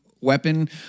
weapon